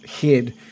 head